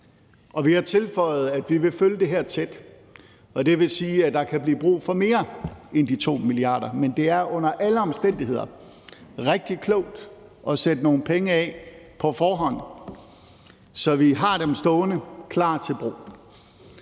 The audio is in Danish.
vi har tilføjet, at vi vil følge det her tæt, og det vil sige, at der kan blive brug for mere end de 2 mia. kr. Men det er under alle omstændigheder rigtig klogt at sætte nogle penge af på forhånd, så vi har dem stående klar til brug.